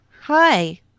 Hi